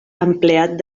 empleat